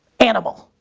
animal.